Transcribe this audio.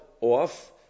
off